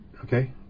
Okay